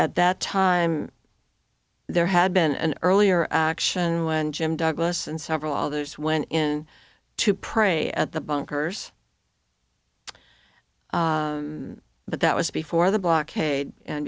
at that time there had been an earlier action when jim douglas and several others went in to pray at the bunkers but that was before the blockade and